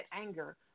anger